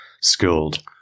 skilled